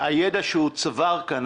הידע שהוא צבר כאן,